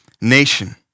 nation